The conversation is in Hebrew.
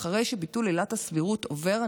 ואחרי שביטול עילת הסבירות עובר,